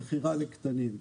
מכירה לקטינים.